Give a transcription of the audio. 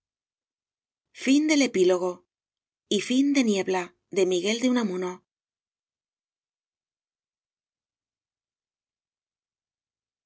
of niebla by miguel de unamuno